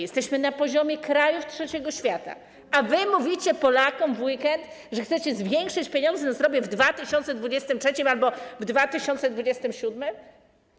Jesteśmy na poziomie krajów Trzeciego Świata, a wy mówicie Polakom w weekend, że chcecie zwiększyć pieniądze na zdrowie w 2023 r. albo w 2027 r.